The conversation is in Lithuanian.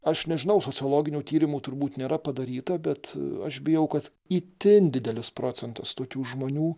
aš nežinau sociologinių tyrimų turbūt nėra padaryta bet aš bijau kad itin didelis procentas tokių žmonių